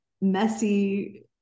messy